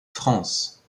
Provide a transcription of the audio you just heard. france